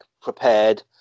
prepared